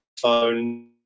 phone